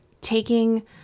taking